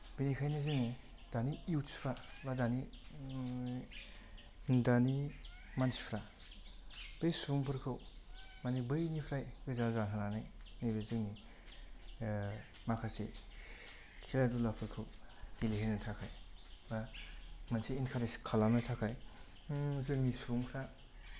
बेनिखायनो जोङो दानि युथ्सफोरा बा दानि दानि मानसिफ्रा बै सुबुंफोरखौ माने बैनिफ्राय गोजान जाहोनानै नैबे जोंनि माखासे खेला धुलाफोरखौ गेलेहोनो थाखाय बा मोनसे इनकारेज खालामनो थाखाय जोंनि सुबुंफ्रा